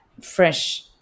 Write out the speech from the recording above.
fresh